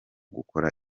gukora